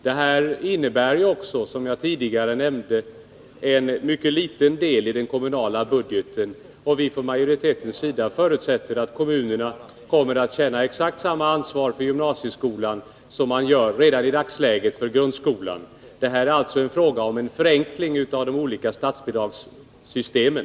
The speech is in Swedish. Som jag tidigare nämnde handlar det om en mycket liten del av den kommunala budgeten. Från majoritetens sida förutsätter vi att kommunerna kommer att känna exakt samma ansvar för gymnasieskolan som de gör redan nu för grundskolan. Det är, som sagt, fråga om en förenkling av de olika statsbidragssystemen.